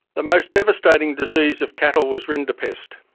the most devastating disease of cattle was rinderpest.